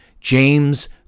James